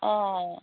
অঁ